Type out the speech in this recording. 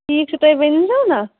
ٹھیٖک چھُ تُہۍ ؤنزیٚو نا